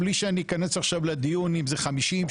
בלי שאני אכנס עכשיו לדיון אם זה 50,